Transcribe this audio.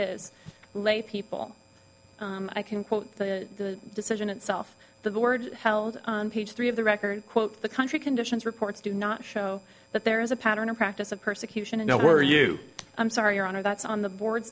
as laypeople i can quote the decision itself the board held on page three of the record quote the country conditions reports do not show that there is a pattern or practice of persecution and no were you i'm sorry your honor that's on the board